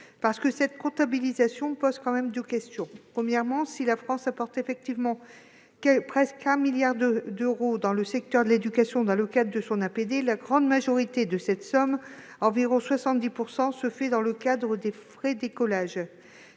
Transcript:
Cette comptabilisation pose en effet deux questions. Premièrement, si la France apporte effectivement presque 1 milliard d'euros au secteur de l'éducation dans le cadre de son APD, la grande majorité de cette somme, soit environ 70 %, est versée au titre des frais d'écolage.